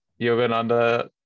Yogananda